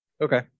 Okay